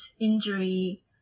injury